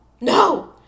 no